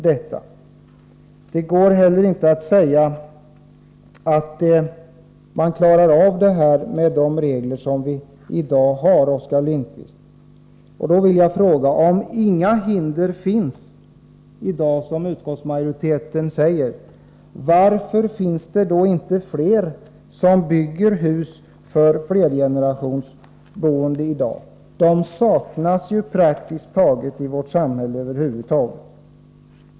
Det går inte heller att säga att man klarar av det här med de regler som vi i dag har, Oskar Lindkvist. Om inga hinder finns i dag, som utskottsmajoriteten säger, varför finns det då inte fler som bygger hus för flergenerationsboende i dag? De saknas i vårt samhälle över huvud taget.